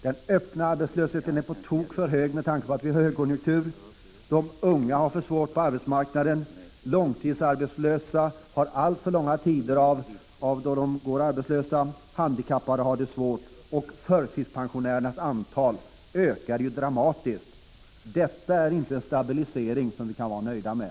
Den öppna arbetslösheten är på tok för hög med tanke på att vi har högkonjunktur, de unga har det för svårt på arbetsmarknaden, de långtidsarbetslösa har alltför långa tider då de går arbetslösa, de handikappade har det svårt och förtidspensionärernas antal ökar dramatiskt. Detta är inte en stabilisering som vi kan vara nöjda med.